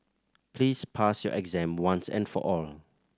please pass your exam once and for all